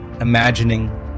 imagining